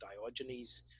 Diogenes